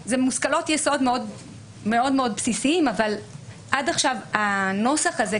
אלה מושכלות יסוד מאוד מאוד בסיסיים אבל עד עכשיו הנוסח הזה,